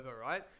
right